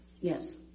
Yes